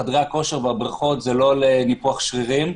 חדרי הכושר והבריכות זה לא לניפוח שרירים,